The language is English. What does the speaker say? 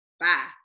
Bye